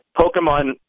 Pokemon